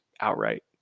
outright